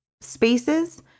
spaces